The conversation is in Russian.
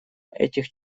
этих